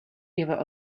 eva